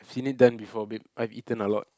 seen it done before babe I've eaten a lot